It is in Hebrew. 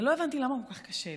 ולא הבנתי למה כל כך קשה לי.